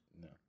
No